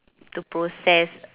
the process